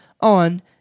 on